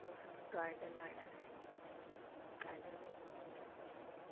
वहाँ भी garden warden है गार्डन में घूमने जाते हैं